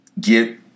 get